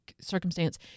circumstance